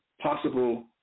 possible